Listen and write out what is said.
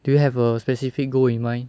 do you have a specific goal in mind